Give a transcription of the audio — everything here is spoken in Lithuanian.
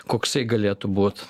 koksai galėtų būt